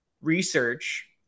research